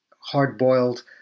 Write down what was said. hard-boiled